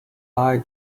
eye